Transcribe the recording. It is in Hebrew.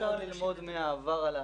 אפשר ללמוד מהעבר על העתיד.